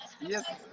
Yes